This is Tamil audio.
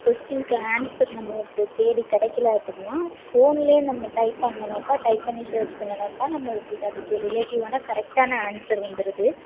கொஸ்டினுக்கு ஆன்ஸர் நம்மளுக்கு தேடி கிடைக்கல அப்படின்னா ஃபோன்லேயே நம்ம டைப் பண்ணினாக்கா டைப் பண்ணி சர்ச் பண்ணுனாக்கா நம்மளுக்கு அதுக்கு ரிலேட்டிவான கரெக்ட்டான ஆன்ஸர் வந்துடுது